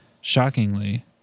shockingly